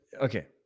okay